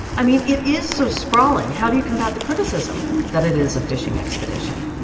i mean, it is so sprawling. how do you combat the criticism that it is a fishing expedition?